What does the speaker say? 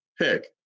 pick